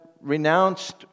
renounced